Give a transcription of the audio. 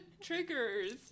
triggers